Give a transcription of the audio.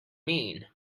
mean